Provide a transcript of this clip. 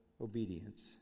obedience